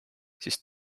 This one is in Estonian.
siis